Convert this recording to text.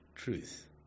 truth